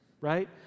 right